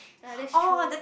ah that's true